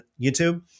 YouTube